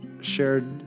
shared